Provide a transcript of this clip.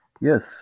yes